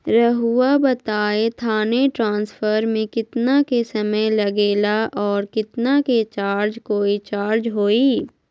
रहुआ बताएं थाने ट्रांसफर में कितना के समय लेगेला और कितना के चार्ज कोई चार्ज होई?